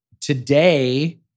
today